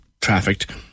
trafficked